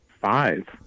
five